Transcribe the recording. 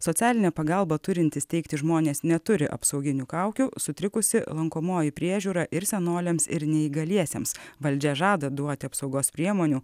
socialinę pagalbą turintys teikti žmonės neturi apsauginių kaukių sutrikusi lankomoji priežiūra ir senoliams ir neįgaliesiems valdžia žada duoti apsaugos priemonių